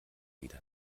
wieder